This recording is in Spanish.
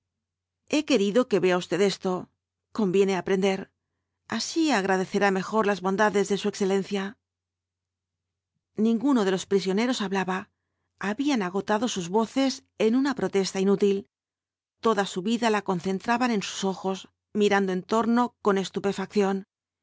he querido que vea usted esto conviene aprender así agradecerá mejor las bondades de su excelencia ninguno de los prisioneros hablaba habían agotado sus voces en una protesta inútil toda su vida la concentraban en sus ojos mirando en torno con